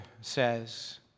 says